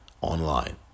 online